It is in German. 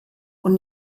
und